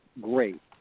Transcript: great